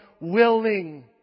willing